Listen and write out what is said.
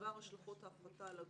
ובדבר השלכות ההפחתה על הגוף,